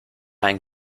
einen